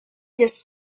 just